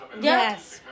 yes